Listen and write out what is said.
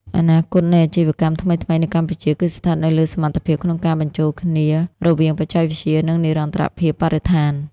អនាគតនៃអាជីវកម្មថ្មីៗនៅកម្ពុជា គឺស្ថិតនៅលើសមត្ថភាពក្នុងការបញ្ចូលគ្នារវាងបច្ចេកវិទ្យា និងនិរន្តរភាពបរិស្ថាន។